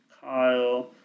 Kyle